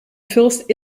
fürst